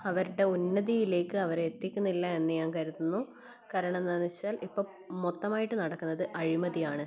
അവരുടെ ഉന്നതിയിലേക്ക് അവരെ എത്തിക്കുന്നില്ല എന്ന് ഞാൻ കരുതുന്നു കാരണം എന്താന്ന് വെച്ചാൽ ഇപ്പോൾ മൊത്തമായിട്ട് നടക്കുന്നത് അഴിമതിയാണ്